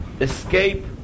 escape